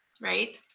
Right